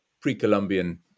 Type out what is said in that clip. pre-Columbian